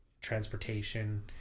transportation